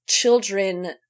children